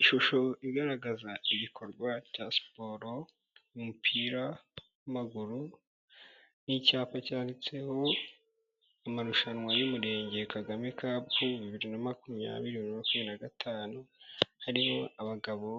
Ishusho igaragaza igikorwa cya siporo mu mupira w'amaguru n'icyapa cyanditseho amarushanwa y'umurenge Kagame Cup bibiri na makumyabiri na gatanu, harimo abagabo